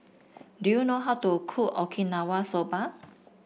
do you know how to cook Okinawa Soba